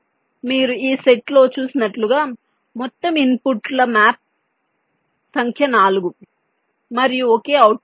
మీరు ఈ సెట్లో చూసినట్లుగా మొత్తం ఇన్పుట్ల సంఖ్య 4 మరియు ఒకే అవుట్పుట్ ఉంది